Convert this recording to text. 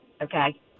okay